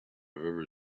ever